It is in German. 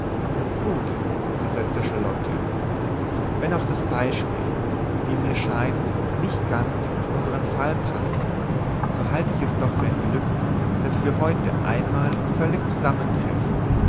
gut versetzte charlotte wenn auch das beispiel wie mir scheint nicht ganz auf unsern fall paßt so halte ich es doch für ein glück daß wir heute einmal völlig zusammentreffen